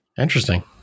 Interesting